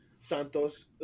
Santos